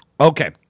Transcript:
okay